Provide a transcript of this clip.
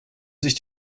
sich